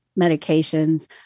medications